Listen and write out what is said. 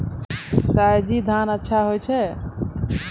सयाजी धान अच्छा होय छै?